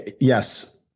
yes